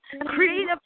creative